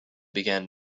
began